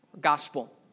gospel